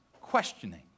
questioning